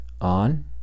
on